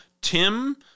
Tim